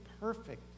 perfect